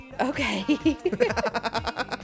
Okay